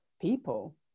people